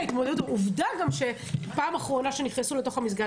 עובדה גם שהפעם האחרונה שנכנסו לתוך המסגד